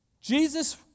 Jesus